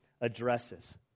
addresses